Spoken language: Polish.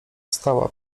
stała